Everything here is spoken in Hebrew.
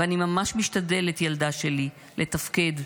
ואני ממש משתדלת ילדה שלי לתפקד,